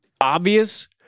obvious